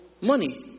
money